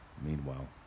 Meanwhile